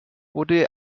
wurde